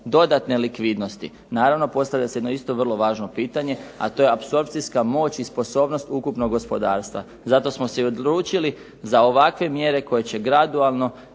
dodatne likvidnosti. Naravno, postavlja se jedno isto vrlo važno pitanje, a to je apsorpcijska moć i sposobnost ukupnog gospodarstva. Zato smo se i odlučili za ovakve mjere koje će gradualno